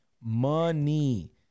money